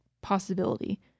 possibility